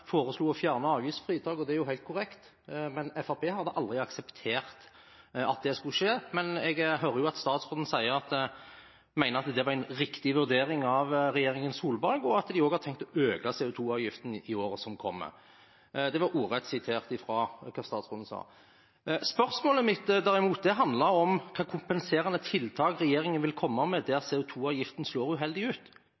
foreslo å fjerne avgiftsfritaket, og det er helt korrekt, men Fremskrittspartiet hadde aldri akseptert at det skulle skje. Jeg hører at statsråden mener at det var en riktig vurdering av Solberg-regjeringen, og at de også har tenkt å øke CO 2 -avgiften i årene som kommer. Det var ordrett sitert fra det statsråden sa. Spørsmålet mitt, derimot, handlet om hvilke kompenserende tiltak regjeringen vil komme med der